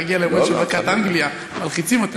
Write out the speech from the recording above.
המבטים האלה של הלחץ להגיע לאירוע של מלכת אנגליה מלחיצים אותי.